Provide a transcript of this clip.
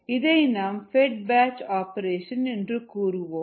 இதை நாம் fed batch operation என்று கூறுவோம்